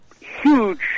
huge